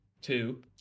two